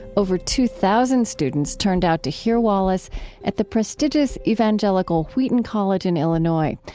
over two thousand students turned out to hear wallis at the prestigious evangelical wheaton college in illinois,